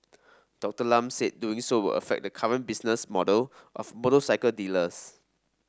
Dr Lam said doing so will affect the current business model of motorcycle dealers